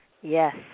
Yes